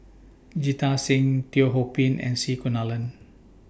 Jita Singh Teo Ho Pin and C Kunalan